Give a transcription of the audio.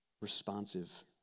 Responsive